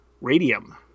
radium